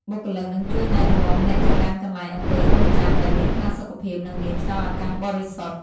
បុគ្គលិកនឹងជួយណែនាំអ្នកទៅកាន់កន្លែងអង្គុយរង់ចាំ ដែលមានផាសុកភាព និងមានខ្យល់អាកាសបរិសុទ្ធ។